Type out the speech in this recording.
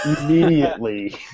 immediately